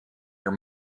your